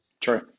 True